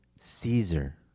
Caesar